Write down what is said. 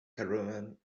caravan